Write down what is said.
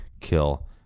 kill